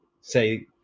say